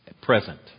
Present